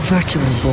Virtual